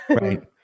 Right